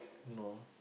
no